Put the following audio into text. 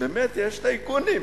באמת יש טייקונים.